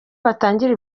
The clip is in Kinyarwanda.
batangira